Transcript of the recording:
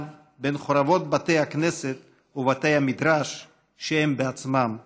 בין חורבות בתי הכנסת ובתי המדרש שהם בעצמם שרפו.